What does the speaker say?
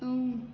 اۭں